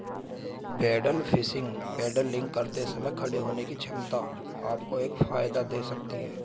pedal fishing paddling करते समय खड़े होने की क्षमता आपको एक फायदा दे सकती है